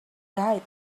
died